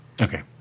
Okay